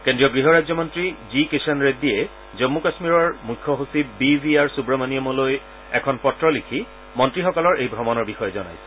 কেন্দ্ৰীয় গৃহ ৰাজ্যমন্ত্ৰী জি কিষাণ ৰেড্ডীয়ে জন্মু কাশ্মীৰৰ মুখ্য সচিব বি ভি আৰ সূৱমনিয়মলৈ এখন পত্ৰ লিখি মন্ত্ৰীসকলৰ এই ভ্ৰমণৰ বিষয়ে জনাইছে